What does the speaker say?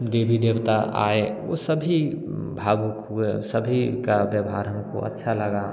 देवी देवता आए वो सभी भावुक हुए सभी का व्यवहार हमको अच्छा लगा